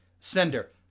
Sender